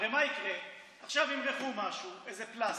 הרי מה יקרה, עכשיו ימרחו משהו, איזה פלסטר,